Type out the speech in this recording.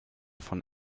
von